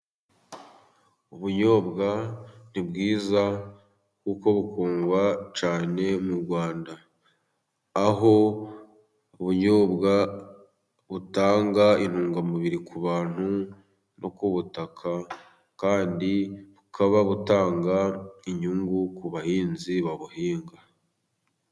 Ubunyobwa ni bwiza kuko bukundwa cyane mu Rwanda, aho ubunyobwa butanga intungamubiri ku bantu no ku butaka kandi bukaba butanga inyungu ku bahinzi babuhinga.